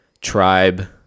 tribe